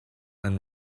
and